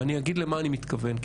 ואגיד למה אני מתכוון.